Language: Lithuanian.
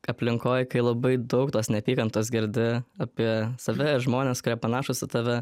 aplinkoj kai labai daug tos neapykantos girdi apie save ir žmones kurie panašūs į tave